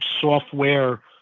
software